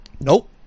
Nope